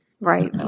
Right